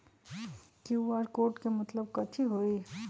QR code के मतलब कथी होई?